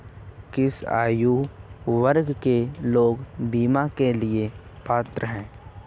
किस आयु वर्ग के लोग बीमा के लिए पात्र हैं?